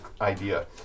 idea